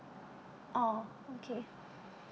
orh okay